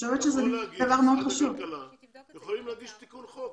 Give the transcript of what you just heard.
יכולים להגיש תיקון חוק.